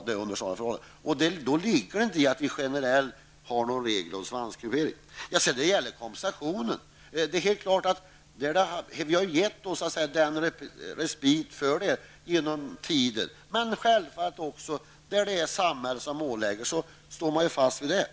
Det kan då inte bli fråga om någon generell regel om svanskupering. När det sedan gäller kompensation har det givits respit för detta. Men självfallet står samhället fast vid det förbud som ålagts.